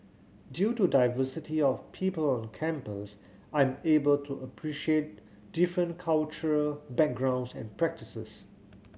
due to the diversity of people on campus I'm able to appreciate different cultural backgrounds and practices